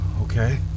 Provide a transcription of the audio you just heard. Okay